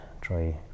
try